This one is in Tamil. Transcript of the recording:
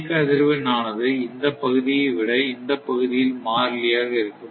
இயக்க அதிர்வெண் ஆனது இந்தப் பகுதியை விட இந்தப் பகுதியில் மாறிலியாக இருக்கும்